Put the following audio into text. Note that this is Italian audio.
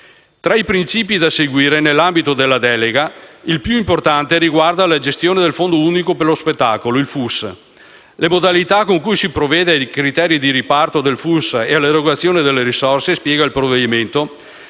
Tra i principi da seguire nell'ambito della delega, il più importante riguarda la gestione del Fondo unico per lo spettacolo (FUS). Le modalità con cui si provvede ai criteri di riparto del FUS e all'erogazione delle risorse - spiega il provvedimento